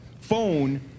phone